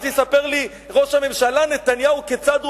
אז יספר לי ראש הממשלה נתניהו כיצד הוא